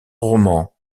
romans